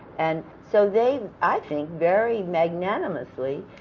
and so they, i think, very magnanimously,